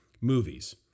Movies